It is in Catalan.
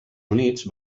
units